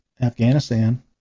Afghanistan